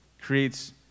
creates